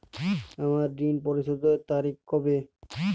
আমার ঋণ পরিশোধের তারিখ কবে?